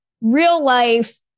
real-life